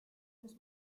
muss